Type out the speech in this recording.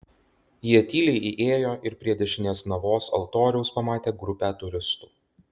jie tyliai įėjo ir prie dešinės navos altoriaus pamatė grupę turistų